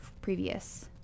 previous